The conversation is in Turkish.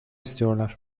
istiyorlar